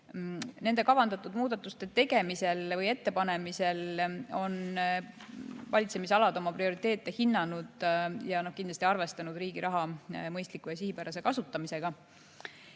Nende kavandatud muudatuste tegemisel või ettepanemisel on valitsemisalad oma prioriteete hinnanud ja kindlasti arvestanud riigi raha mõistliku ja sihipärase kasutamisega.2022.